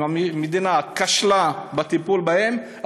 אם המדינה כשלה בטיפול בהם,